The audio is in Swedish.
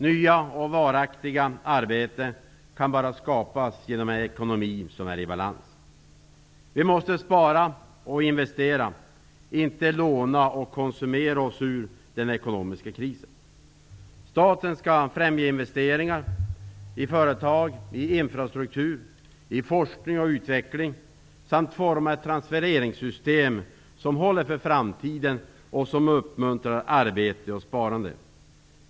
Nya och varaktiga arbeten kan bara skapas genom en ekonomi i balans. Vi måste spara och investera, inte låna och konsumera, oss ur den ekonomiska krisen. Staten skall främja investeringar i företag, infrastuktur, forskning och utveckling samt forma ett transfereringssystem som håller för framtiden och uppmuntrar till arbete och sparande.